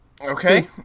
Okay